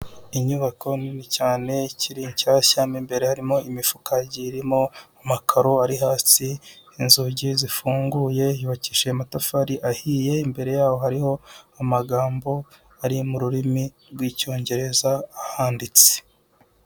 Inyubako nini cyane ikiri nshyashya, mo imbere harimo imifuka igiye irimo amakaro ari hasi, inzugi zifunguye, hubakishije amatafari ahiye imbere yaho hariho amagambo ari mu rurimi rw'Icyongereza ahanditse.